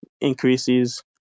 increases